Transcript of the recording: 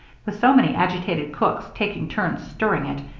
with so many agitated cooks taking turns stirring it,